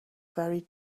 very